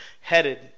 headed